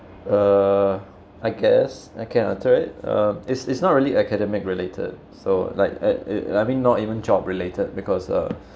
uh I guess I can answer it uh it's it's not really academic related so like uh uh uh not even job related because uh